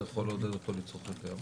זה יכול לעודד אותו לצרוך יותר,